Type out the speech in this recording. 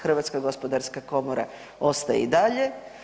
Hrvatska gospodarska komora ostaje i dalje.